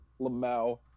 Lamau